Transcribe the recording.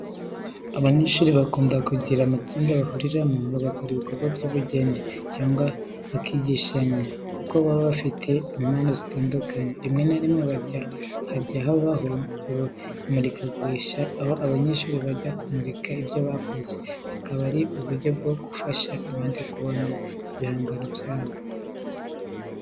Abanyeshuri bakunda kugira amatsinda bahuriramo bagakora ibikorwa by’ubugeni cyangwa bakigishanya, kuko baba bafite impano zitandukanye. Rimwe na rimwe, hajya habaho imurikagurisha, aho abanyeshuri bajya kumurika ibyo bakoze, bikaba ari uburyo bwo gufasha abandi kubona ibihangano byabo.